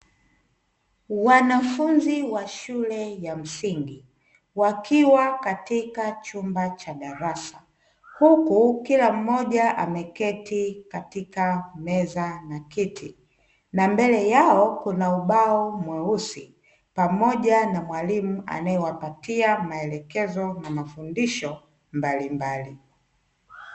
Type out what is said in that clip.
Wanafunzi wa shule ya msingi wakiwa katika chumba cha darasa huku kila mmoja ameketi katika meza na kiti. na mbele yao kuna ubao mweusi pamoja na mwalimu anaewapatia maelekezo na mafundisho mbalimbali.